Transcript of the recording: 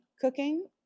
cooking